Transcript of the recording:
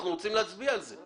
אנחנו רוצים להצביע על זה.